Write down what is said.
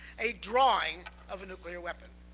a drawing of a nuclear weapon,